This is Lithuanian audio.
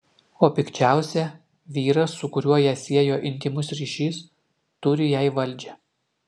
o pikčiausia vyras su kuriuo ją siejo intymus ryšys turi jai valdžią